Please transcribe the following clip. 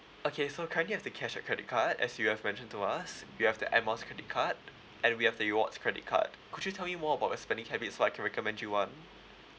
okay so currently we have the cashback credit card as you have mentioned to us we have the air miles credit card and we have the rewards credit card could you tell me more about your spending habits so I can recommend you one